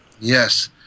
Yes